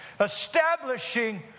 Establishing